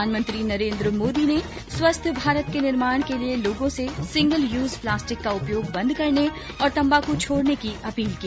प्रधानमंत्री नरेंद्र मोदी ने स्वस्थ भारत के निर्माण के लिए लोगों से सिंगल यूज प्लास्टिक का उपयोग बंद करने और तंबाक छोडने की अपील की